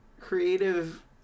Creative